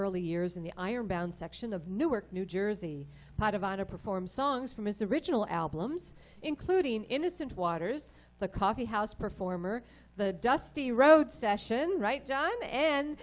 early years in the ironbound section of newark new jersey to perform songs from his original albums including innocent waters the coffee house performer the dusty road session right